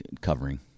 covering